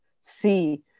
see